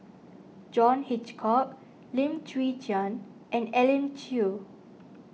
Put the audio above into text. John Hitchcock Lim Chwee Chian and Elim Chew